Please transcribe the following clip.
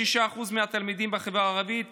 לכ-26% מהתלמידים בחברה הערבית